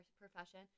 profession